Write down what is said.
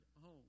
home